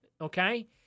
okay